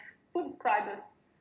subscribers